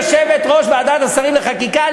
יושבת-ראש ועדת השרים לחקיקה,